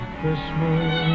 Christmas